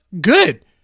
Good